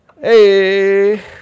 Hey